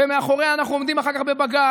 ומאחוריה אנחנו עומדים אחר כך בבג"ץ,